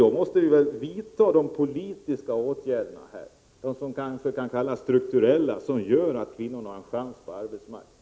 Vi måste därför vidta de politiska åtgärderna, som kanske kan kallas strukturella, som gör att kvinnorna har en chans på arbetsmarknaden.